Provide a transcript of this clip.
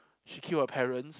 she kill her parents